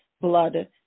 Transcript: blood